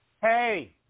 Hey